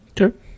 Okay